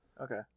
Okay